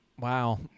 Wow